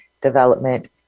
development